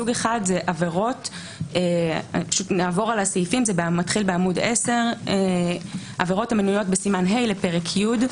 סוג אחד הוא - מתחיל בעמוד 10 - עבירות המנויות בסימן ה' לפרק י'.